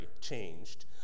changed